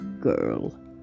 girl